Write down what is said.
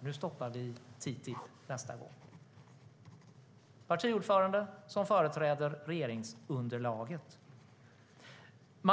nu stoppar vi TTIP nästa gång. Det var en partiordförande som företräder regeringsunderlaget som sa detta.